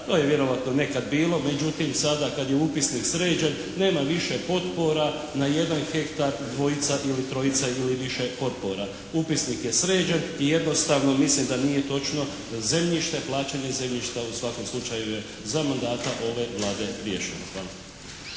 To je vjerovatno neka bilo, međutim sada kad je upisnik sređen nema više potpora na jedan hektar dvojica ili trojica ili više potpora. Upisnik je sređen i jednostavno mislim da nije točno da zemljište, plaćanje zemljišta u svakom slučaju je za mandata ove Vlade riješeno. Hvala.